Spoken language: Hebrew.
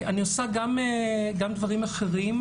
אני עושה גם דברים אחרים: